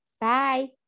Bye